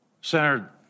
Senator